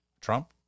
Trump